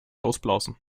ausblasen